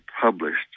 published